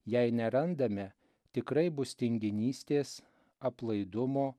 jei nerandame tikrai bus tinginystės aplaidumo